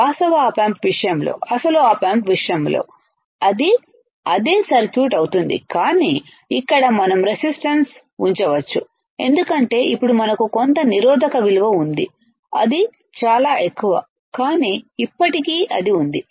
వాస్తవ op amp విషయంలో అసలు ఆప్ ఆంప్ విషయంలో అది అదే సర్క్యూట్ అవుతుంది కానీ ఇక్కడ మనంరెసిస్టన్స్ ఉంచవచ్చు ఎందుకంటే ఇప్పుడు మనకు కొంత నిరోధక విలువ ఉంది అది చాలా ఎక్కువ కానీ ఇప్పటికీ అది ఉంది